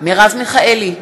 מרב מיכאלי,